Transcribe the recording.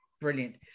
Brilliant